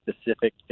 specific